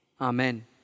Amen